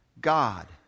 God